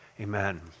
amen